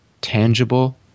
tangible